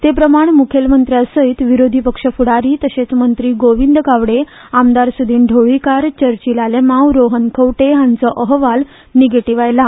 ते प्रमाण मुख्यमंत्र्यासयत विरोधी पक्ष फूडारी तशेच मंत्री गोविंद गावडे आमदार सुदिन ढवळीकर चर्चिल आलेमांव रोहन खंवटे हांचो आहवाल निगेटिव्ह आयला